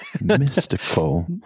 Mystical